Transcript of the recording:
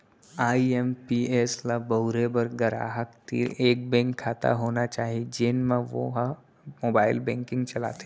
IMPS ल बउरे बर गराहक तीर एक बेंक खाता होना चाही जेन म वो ह मोबाइल बेंकिंग चलाथे